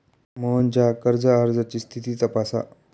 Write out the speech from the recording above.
मोहनच्या कर्ज अर्जाची स्थिती तपासा